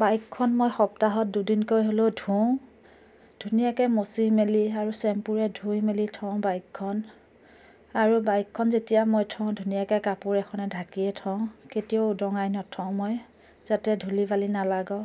বাইকখন মই সপ্তাহত দুদিনকৈ হ'লেও ধোওঁ ধুনীয়াকৈ মচি মেলি আৰু চেম্পুৰে ধুই মেলি থওঁ বাইকখন আৰু বাইকখন যেতিয়া মই থওঁ ধুনীয়াকৈ কাপোৰ এখনে ঢাকিয়েই থওঁ কেতিয়াও উদঙাই নথওঁ মই যাতে ধূলি বালি নালাগক